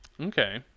okay